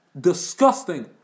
Disgusting